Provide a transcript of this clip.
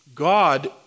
God